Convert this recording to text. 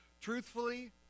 truthfully